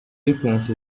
difference